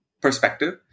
perspective